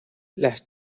las